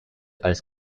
als